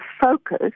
focus